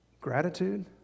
gratitude